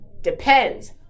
Depends